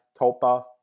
Topa